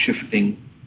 shifting